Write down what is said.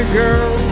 girl